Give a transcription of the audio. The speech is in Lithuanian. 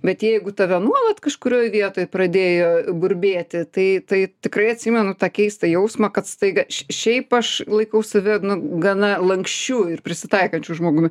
bet jeigu tave nuolat kažkurioj vietoj pradėjo burbėti tai tai tikrai atsimenu tą keistą jausmą kad staiga šiaip aš laikau save gana lanksčiu ir prisitaikančiu žmogumi